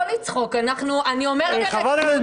לא לצחוק --- חברת הכנסת